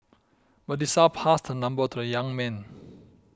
Melissa passed her number to the young man